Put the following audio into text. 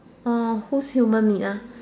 orh whose human meat ah